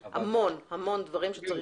המון, המון לעשות.